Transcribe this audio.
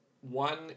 One